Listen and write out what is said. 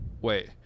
wait